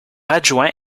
adjoint